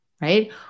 right